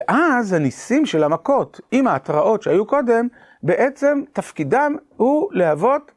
ואז הניסים של המכות, עם ההתראות שהיו קודם, בעצם תפקידם הוא להוות